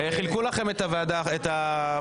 אנחנו ביקשנו להקים ועדה נוספת